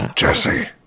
Jesse